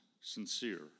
sincere